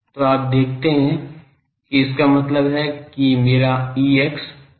तो आप देखते हैं कि इसका मतलब है कि मेरा Ex 0 है